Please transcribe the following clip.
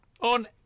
on